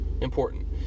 important